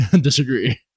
disagree